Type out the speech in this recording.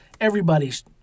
everybody's